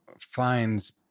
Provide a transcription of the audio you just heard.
finds